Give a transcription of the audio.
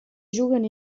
juguen